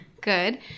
good